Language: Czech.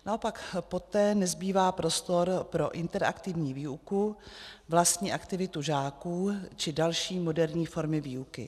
Naopak poté nezbývá prostor pro interaktivní výuku, vlastní aktivitu žáků či další moderní formy výuky.